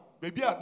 baby